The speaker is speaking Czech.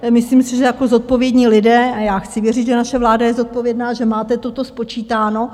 Myslím si, že jako zodpovědní lidé, a já chci věřit, že naše vláda je zodpovědná, máte toto spočítáno.